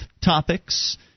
topics